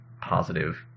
positive